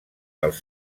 dels